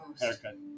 haircut